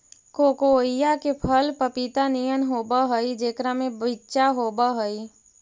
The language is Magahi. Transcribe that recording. कोकोइआ के फल पपीता नियन होब हई जेकरा में बिच्चा होब हई